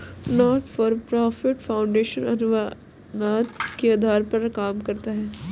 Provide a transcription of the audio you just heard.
not for profit foundation अनुदान के आधार पर काम करता है